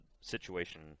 situation